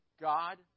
God